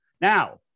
Now